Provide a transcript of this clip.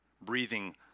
breathing